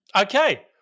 Okay